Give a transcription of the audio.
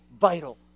vital